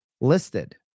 listed